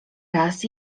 raz